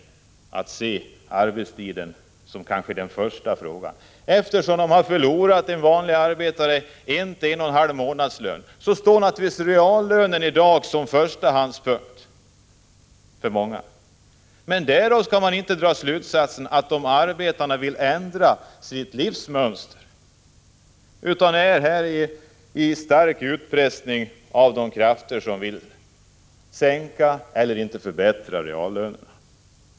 De har mycket svårt att se arbetstiden som den viktigaste frågan. Eftersom en vanlig arbetare har förlorat en till en och en halv månadslön står naturligtvis reallönen i dag som förstahandspunkt för många. Men därav skall man inte dra slutsatsen att arbetarna inte vill ändra sitt livsmönster. De är här under stark utpressning av de krafter som vill sänka eller i varje fall inte förbättra reallönerna.